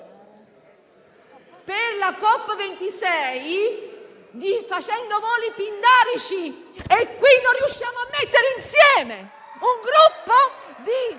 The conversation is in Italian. per la Cop26 facendo voli pindarici e qui non riusciamo a mettere insieme un gruppo di